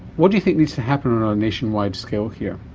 what do you think needs to happen on a nationwide scale here?